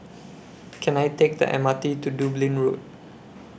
Can I Take The M R T to Dublin Road